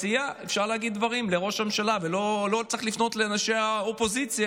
בסיעה אפשר להגיד דברים לראש הממשלה ולא צריך לפנות לאנשי האופוזיציה,